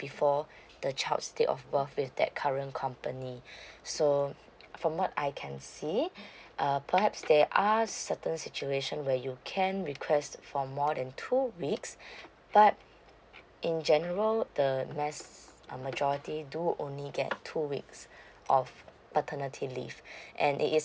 before the child's date of birth with that current company so from what I can see err but there are certain situation where you can request for more than two weeks but in general the mass majority do only get two weeks of paternity leave and it is